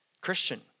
Christian